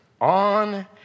on